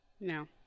No